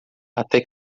até